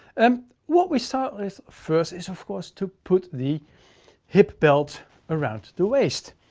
um what we start with first is of course, to put the hip belt around the waist.